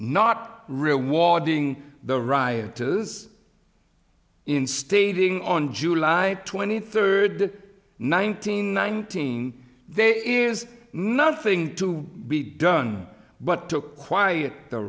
not rewarding the rioters in stating on july twenty third nineteen nineteen there is nothing to be done but took quiet the